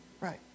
Right